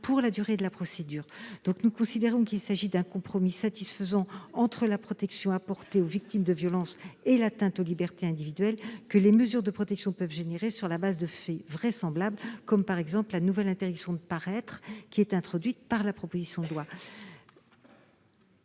pour la durée de la procédure. Nous considérons qu'il s'agit d'un compromis satisfaisant entre la protection apportée aux victimes de violences et l'atteinte aux libertés individuelles que les mesures de protection peuvent entraîner, sur la base de faits vraisemblables, par exemple, la nouvelle interdiction de paraître introduite par la proposition de loi.